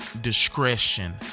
discretion